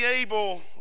able